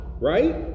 right